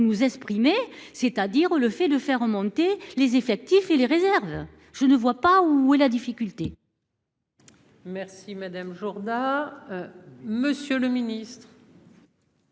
nous exprimer, c'est-à-dire le fait de faire remonter les effectifs et les réserves. Je ne vois pas où est la difficulté. Merci madame Jourda. Monsieur le Ministre.